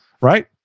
Right